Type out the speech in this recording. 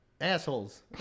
assholes